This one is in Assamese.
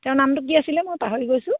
তেওঁৰ নামটো কি আছিলে মই পাহৰি গৈছোঁ